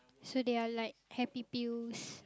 so they're like happy pills